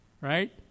right